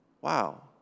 Wow